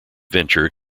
venture